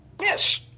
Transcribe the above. Yes